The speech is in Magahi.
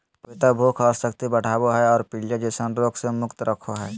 पपीता भूख और शक्ति बढ़ाबो हइ और पीलिया जैसन रोग से मुक्त रखो हइ